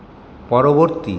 পরবর্তী